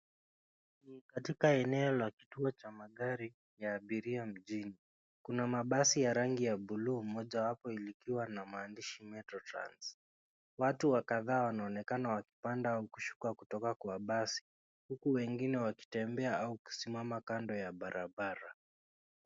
Ni katika eneo la kituo cha magari ya abiria mjini, kuna mabasi ya rangi ya bluu mojapo likiwa na maandishi Metro Trans, watu kadhaa wanaonekana kupanda au kushuka kutoka kwa basi huku wengine wakitembea au kusimama kando ya barabara.